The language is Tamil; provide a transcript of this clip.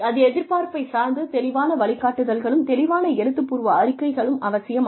எதிர்பார்ப்பைச் சார்ந்து தெளிவான வழிகாட்டுதல்களும் தெளிவான எழுதப்பூர்வ அறிக்கைகளும் அவசியமாகும்